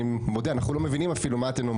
מודה אנחנו לא מבינים מה אתן אומרות.